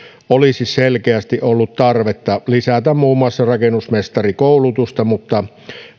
olisi selkeästi ollut tarvetta lisätä muun muassa rakennusmestarikoulutusta mutta